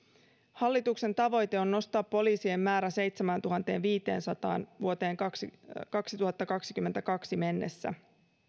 hallituksen tavoite on nostaa poliisien määrä seitsemääntuhanteenviiteensataan vuoteen kaksituhattakaksikymmentäkaksi mennessä